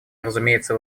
разумеется